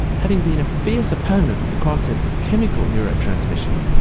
having been a fierce opponent of the concept of chemical neurotransmission,